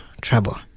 trouble